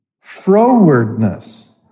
frowardness